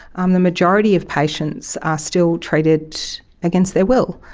um the majority of patients are still treated against their will.